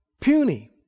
Puny